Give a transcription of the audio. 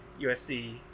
USC